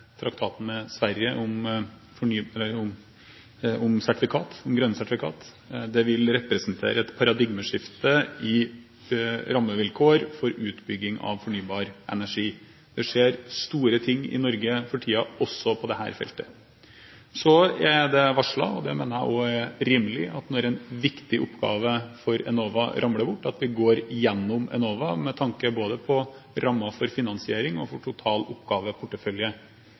traktaten med Sverige om grønne sertifikater. Det vil representere et paradigmeskifte i rammevilkår for utbygging av fornybar energi. Det skjer store ting i Norge for tiden også på dette feltet. Så er det varslet – og det mener jeg også er rimelig, når en viktig oppgave for Enova ramler bort – at vi går gjennom Enova med tanke på både rammer for finansiering og total oppgaveportefølje.